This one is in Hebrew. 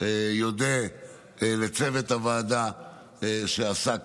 אודה לצוות הוועדה שעסק